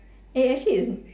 eh actually it's